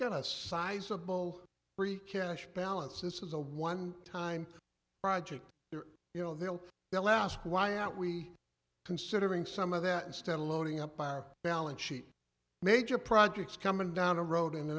got a sizable free cash balance this is a one time project you know they'll they'll ask why aren't we considering some of that instead of loading up by our balance sheet major projects coming down the road in the